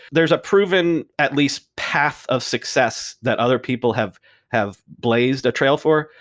there's a proven at least path of success that other people have have blazed a trail for.